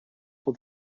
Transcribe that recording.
for